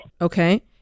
okay